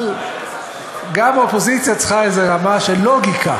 אבל גם האופוזיציה צריכה איזו רמה של לוגיקה.